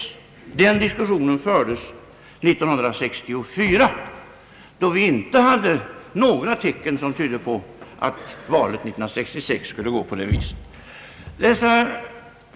Den diskussionen fördes 1964, då vi inte hade några tecken som tydde på att valet 1966 skulle gå som det gick.